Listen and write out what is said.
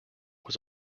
was